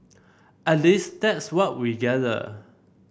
at least that's what we gather